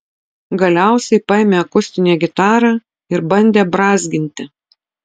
galiausiai paėmė akustinę gitarą ir bandė brązginti